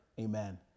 Amen